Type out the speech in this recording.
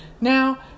Now